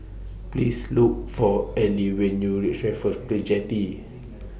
Please Look For Eli when YOU REACH Raffles Place Jetty